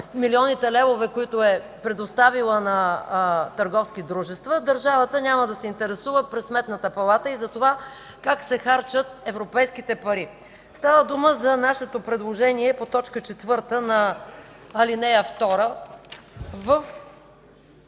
милионите левове, които е предоставила на търговски дружества, държавата няма да се интересува през Сметната палата и как се харчат европейските пари. Става дума за нашето предложение по т. 4 на ал. 2,